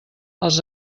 els